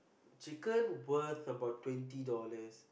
chicken worth about twenty dollars